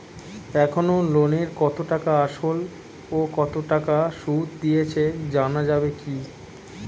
এখনো লোনের কত টাকা আসল ও কত টাকা সুদ দিয়েছি জানা যাবে কি?